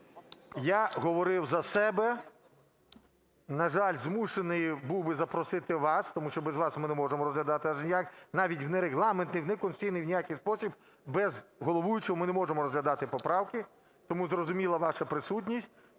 я говорив за себе. На жаль, змушений був би запросити вас, тому що без вас ми не можемо розглядати аж ніяк, навіть ні в регламентний, ні в конституційний, ні в який спосіб. Без головуючого ми не можемо розглядати поправки, тому зрозуміла ваша присутність.